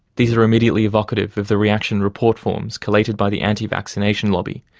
these are immediately evocative of the reaction report forms collated by the anti-vaccination lobby,